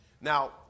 Now